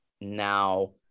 now